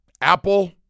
Apple